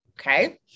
Okay